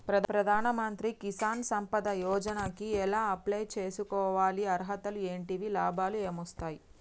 ప్రధాన మంత్రి కిసాన్ సంపద యోజన కి ఎలా అప్లయ్ చేసుకోవాలి? అర్హతలు ఏంటివి? లాభాలు ఏమొస్తాయి?